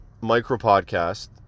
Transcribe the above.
micro-podcast